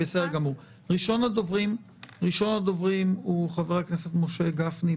ראשון הדוברים הוא חבר הכנסת משה גפני,